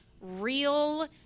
real